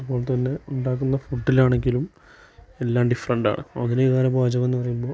അതുപോലെ തന്നെ ഉണ്ടാക്കുന്ന ഫുഡിലാണെങ്കിലും എല്ലാം ഡിഫറെൻ്റ് ആണ് ആധുനികകാല പാചകം എന്ന് പറയുമ്പോൾ